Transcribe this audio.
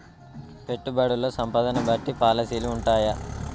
పెట్టుబడుల్లో సంపదను బట్టి పాలసీలు ఉంటయా?